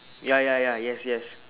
ya ya ya yes yes